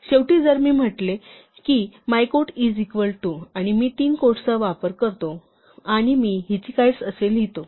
शेवटी जर मी म्हंटले की मायक्वोट इझ इक्वल टू आणि मी तीन क्वोट्सचा वापर करतो आणि मी हिचहाइकर्स असे लिहितो